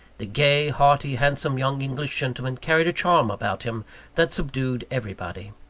the gay, hearty, handsome young english gentleman carried a charm about him that subdued everybody.